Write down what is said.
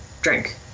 drink